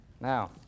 Now